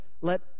let